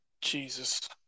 Jesus